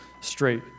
straight